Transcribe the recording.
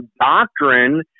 doctrine